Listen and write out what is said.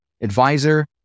advisor